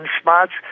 spots